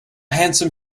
handsome